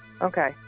Okay